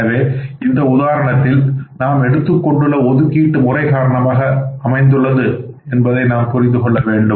எனவே இந்த உதாரணத்தில் நாம் எடுத்துக் கொண்டுள்ள ஒதுக்கீட்டு முறை மூலகாரணமாக அமைந்துள்ளது என்பதை புரிந்து கொள்ள வேண்டும்